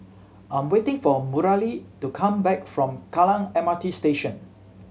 I'm waiting for Mareli to come back from Kallang M R T Station